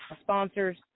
sponsors